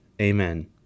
Amen